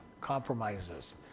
compromises